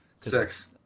Six